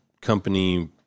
company